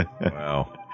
Wow